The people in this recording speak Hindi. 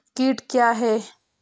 कीट क्या है?